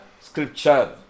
scripture